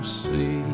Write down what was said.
see